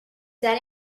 that